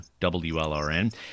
WLRN